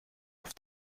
auf